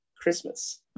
christmas